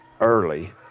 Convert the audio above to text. early